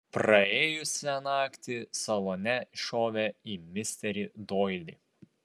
praėjusią naktį salone šovė į misterį doilį